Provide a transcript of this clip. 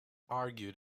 argued